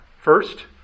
First